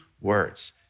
words